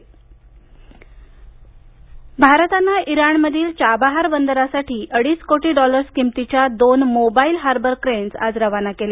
डुडिया चाबाहार भारतानं इराणमधील चाबाहार बंदरासाठी अडीच कोटी डॉलर्स किमतीच्या दोन मोबाइल हार्बर क्रेन्स रवाना केल्या